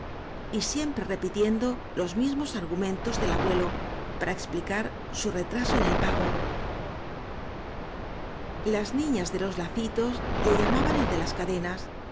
guardársela y siempre repitiendo los mismos argumentos del abuelo para explicar su retraso en el pago áñ as niñas de los lacitos le llamaban el de las cadenas